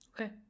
Okay